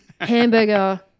hamburger